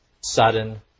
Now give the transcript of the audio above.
sudden